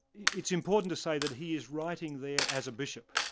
it's important to say that he is writing there as a bishop.